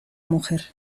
mujer